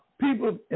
people